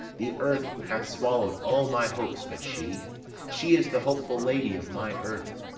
the earth hath swallowed all my hopes but she she is the hopeful lady of my earth.